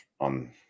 on